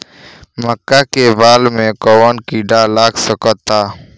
मका के बाल में कवन किड़ा लाग सकता?